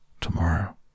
tomorrow